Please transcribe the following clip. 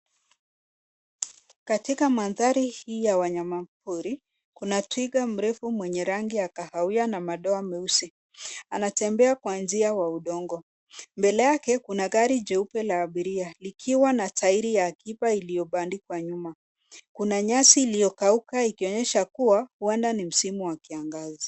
Katika mandhari hii ya wanyama pori kuna twiga mrefu mwenye rangi ya kahawia na madoa meusi. Anatembea kwa njia wa udongo. Mbele yake kuna gari jeupe la abiria likiwa na tairi ya akiba iliyopandikwa nyuma. Kuna nyasi iliyokauka ikionyesha kua huenda ni msimu wa kiangazi.